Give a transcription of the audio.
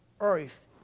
earth